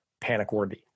panic-worthy